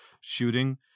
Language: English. shooting